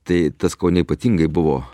tai tas kaune ypatingai buvo